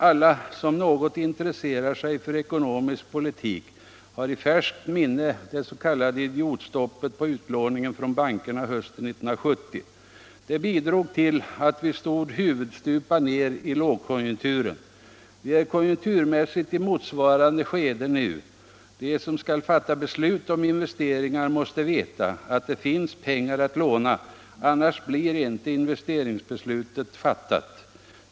Alla som något intresserar sig för ekonomisk politik har i färskt minne det s.k. idiotstoppet på utlåningen från bankerna hösten 1970. Det bidrog till att vi stod huvudstupa ner i lågkonjunkturen. Vi är konjunkturmässigt i motsvarande skede nu. De som skall fatta beslut om investeringar måste veta att det finns pengar att låna, annars blir inte investeringsbeslutet fattat.